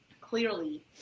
clearly